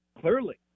clearly